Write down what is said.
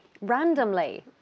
Randomly